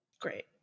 Great